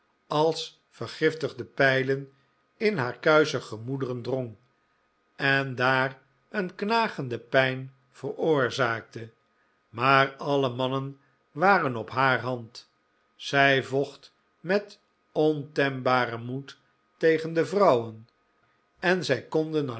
als vergiftigde pijlen in haar kuische gemoederen drong en daar een knagende pijn veroorzaakte maar alle mannen waren op haar hand zij vocht met ontembaren moed tegen de vrouwen en zij konden